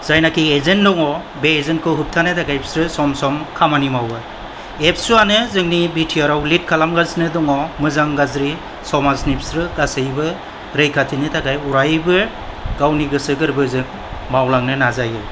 जायनाखि एजेन्ट दङ बे एजेन्टखौ होबथानो थाखाय बिसोरो सम सम खामानि मावो एबसुवानो जोंनि बि टि आराव लिड खालामगासिनो दङ मोजां गाज्रि समाजनि बिसोरो गासैबो रैखाथिनि थाखाय अरायबो गावनि गोसो गोरबोजों मावलांनो नाजायो